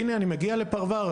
הנה אני מגיע לפרבר,